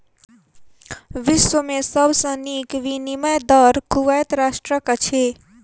विश्व में सब सॅ नीक विनिमय दर कुवैत राष्ट्रक अछि